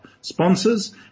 sponsors